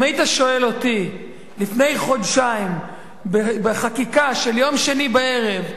אם היית שואל אותי לפני חודשיים בחקיקה של יום שני בערב ב-21:00,